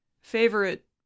favorite